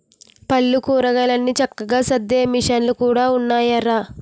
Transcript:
పళ్ళు, కూరగాయలన్ని చక్కగా సద్దే మిసన్లు కూడా ఉన్నాయయ్య